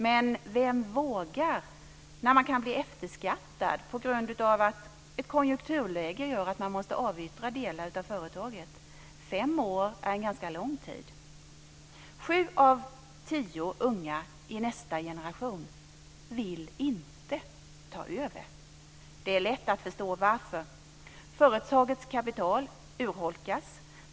Men vem vågar när man kan bli efterskattad på grund av att ett konjunkturläge gör att man måste avyttra delar av företaget. Fem år är en ganska lång tid. Sju av tio unga i nästa generation vill inte ta över. Det är lätt att förstå varför. Företagets kapital urholkas.